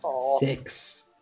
Six